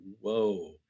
whoa